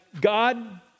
God